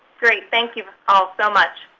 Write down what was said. great. thank you all so much.